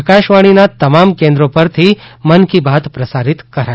આકાશવાણીના તમામ કેન્દ્રો પરથી મન કી બાત પ્રસારિત કરશે